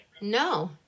No